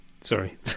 sorry